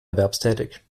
erwerbstätig